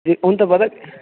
हुन ते पता